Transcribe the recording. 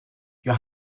you